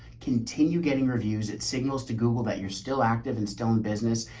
continue getting reviews at signals to google that you're still active and still in business.